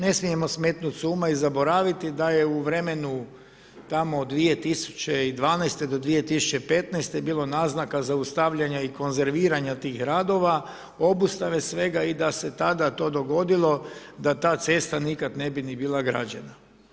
Ne smijemo smetnuti s uma i zaboraviti da je u vremenu tamo od 2012. do 2015. bilo naznaka zaustavljanja i konzerviranja tih radova, obustave svega i da se tada to dogodilo da ta cesta nikada ne bi ni bila građena.